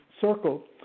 circle